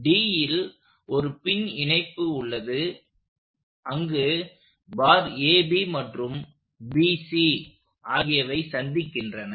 Dல் ஒரு பின் இணைப்பு உள்ளது அங்கு பார் AB மற்றும் BC ஆகியவை சந்திக்கின்றன